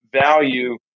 value